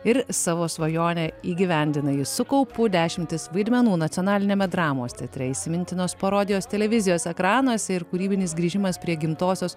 ir savo svajonę įgyvendina ji su kaupu dešimtys vaidmenų nacionaliniame dramos teatre įsimintinos parodijos televizijos ekranuose ir kūrybinis grįžimas prie gimtosios